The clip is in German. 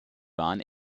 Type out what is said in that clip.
waren